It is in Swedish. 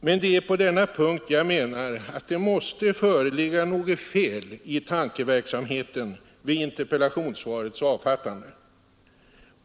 Men det är på denna punkt som jag menar att det måste ha blivit något fel i tankeverksamheten vid interpellationssvarets avfattande.